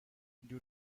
due